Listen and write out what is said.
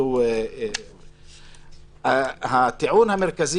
אחרי הבחינה